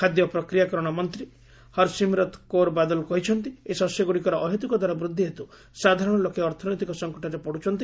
ଖାଦ୍ୟ ପ୍ରକ୍ରିୟାକରଣ ମନ୍ତ୍ରୀ ହର୍ସିମ୍ରତ୍ କୌର ବାଦଲ୍ କହିଛନ୍ତି ଏହି ଶସ୍ୟଗ୍ରଡ଼ିକର ଅହେତୁକ ଦର ବୃଦ୍ଧି ହେତୁ ସାଧାରଣ ଲୋକେ ଅର୍ଥନୈତିକ ସଙ୍କଟରେ ପଡ୍ରଚ୍ଛନ୍ତି